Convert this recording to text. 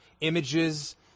images